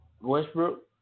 Westbrook